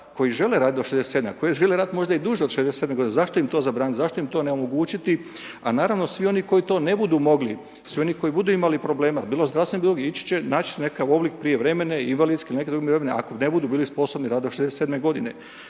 koji žele raditi do 67 g., koji žele raditi možda i duže od 67 g., zašto im to zabraniti, zašto im to ne omogućiti a naravno svi oni koji to ne budu mogli, svi oni koji budu imali problema, bilo zdravstvenih, naći će nekakav oblik prijevremene, invalidske ili neke druge mirovine ako ne budu bili sposobni raditi do 67 g.